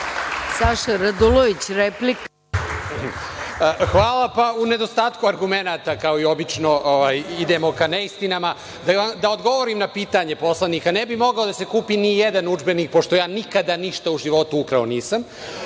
Saša Radulović, replika. **Saša Radulović** U nedostatku argumenata, kao i obično, idemo ka neistinama, da odgovorim na pitanje poslanika, ne bi mogao da se kupi ni jedan udžbenik, pošto ja nikada u životu ništa